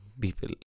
people